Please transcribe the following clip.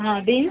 হ্যাঁ বিন্স